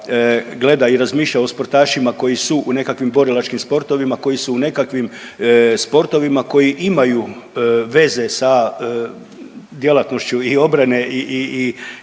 gleda i razmišlja o sportašima koji su u nekakvim borilačkim sportovima, koji su u nekakvim sportovima koji imaju veze sa djelatnošću i obrane i